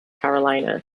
carolina